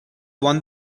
won